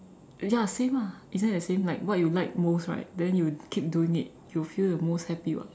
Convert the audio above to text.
ya same lah isn't that the same like what you like most right then you keep doing it you will feel the most happy [what]